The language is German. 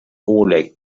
oleg